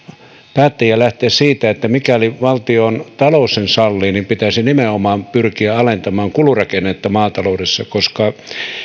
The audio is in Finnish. päättäjien lähteä siitä että mikäli valtiontalous sen sallii pitäisi nimenomaan pyrkiä alentamaan kulurakennetta maataloudessa koska